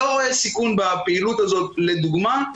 לא רואה סיכון בפעילות הזאת לדוגמה.